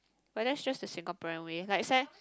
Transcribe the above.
but that's just the Singaporean way like sa~